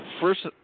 First